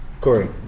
Corey